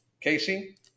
Casey